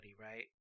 right